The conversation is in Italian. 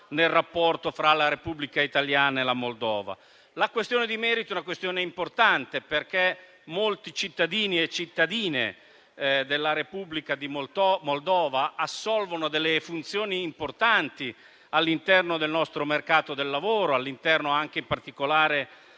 La questione di merito è importante, perché molti cittadini e cittadine della Repubblica di Moldova assolvono delle funzioni importanti all'interno del nostro mercato del lavoro, in particolare nell'assistenza